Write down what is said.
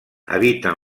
habiten